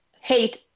hate